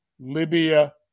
Libya